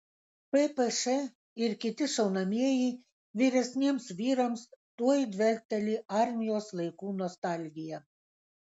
ppš ir kiti šaunamieji vyresniems vyrams tuoj dvelkteli armijos laikų nostalgija